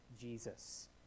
Jesus